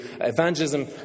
evangelism